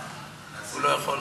הוא לא יכול.